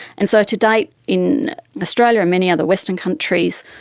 and so to date in australia and many other western countries,